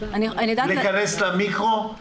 להיכנס למיקרו?